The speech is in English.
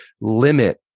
limit